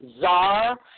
czar